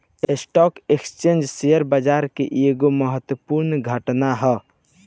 stock exchange share बाजार के एगो महत्वपूर्ण घटक ह